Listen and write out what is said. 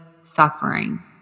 suffering